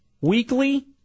Weekly